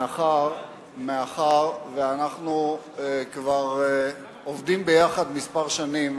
מאחר שאנחנו כבר עובדים ביחד כמה שנים,